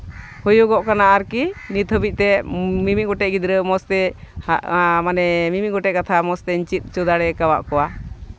ᱦᱩᱭᱩᱜᱚᱜᱠᱟᱱᱟ ᱟᱨᱠᱤ ᱱᱤᱛ ᱫᱷᱟᱹᱵᱤᱡ ᱛᱮ ᱢᱤᱢᱤᱫ ᱜᱚᱴᱮᱡ ᱜᱤᱫᱽᱨᱟᱹ ᱢᱚᱡᱽ ᱛᱮ ᱢᱟᱱᱮ ᱢᱤᱢᱤᱫ ᱜᱚᱴᱮᱡ ᱠᱟᱛᱷᱟ ᱢᱚᱡᱽ ᱛᱮᱧ ᱪᱮᱫ ᱦᱚᱪᱚ ᱫᱟᱲᱮᱭᱟᱠᱟᱫ ᱠᱚᱣᱟ